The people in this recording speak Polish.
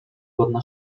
godna